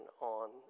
on